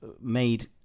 made